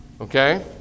Okay